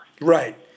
Right